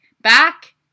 Back